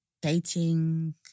dating